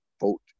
vote